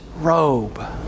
robe